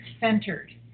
centered